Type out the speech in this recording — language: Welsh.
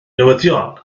newyddion